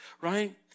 right